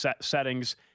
settings